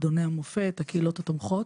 על מועדוני המופת ועל הקהילות התומכות,